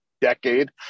decade